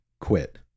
quit